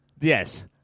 yes